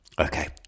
Okay